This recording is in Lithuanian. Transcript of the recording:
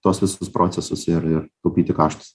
tuos visus procesus ir ir taupyti kaštus